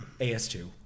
as2